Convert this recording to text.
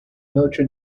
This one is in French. notre